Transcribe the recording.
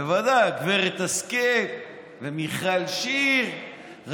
בוודאי גב' השכל ומיכל שיר,